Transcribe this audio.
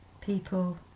people